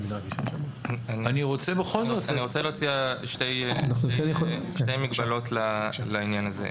אני רוצה להציע שתי מגבלות לעניין הזה.